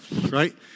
right